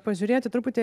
pažiūrėti truputį